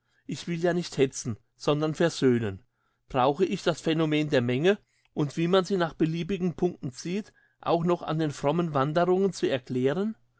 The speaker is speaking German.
ich will ja nicht hetzen sondern versöhnen brauche ich das phänomen der menge und wie man sie nach beliebigen punkten zieht auch noch an den frommen wanderungen zu erklären